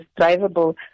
drivable